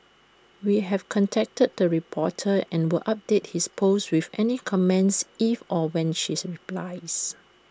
we have contacted the reporter and will update his post with any comments if or when she's replies